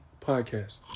podcast